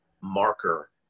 marker